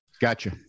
gotcha